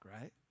right